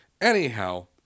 Anyhow